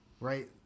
right